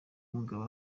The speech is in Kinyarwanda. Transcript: umugabo